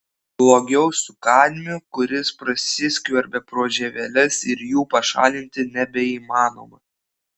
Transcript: blogiau su kadmiu kuris prasiskverbia pro žieveles ir jų pašalinti nebeįmanoma